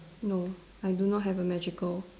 no I do not have a magical